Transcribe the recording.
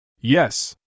Yes